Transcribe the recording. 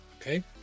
Okay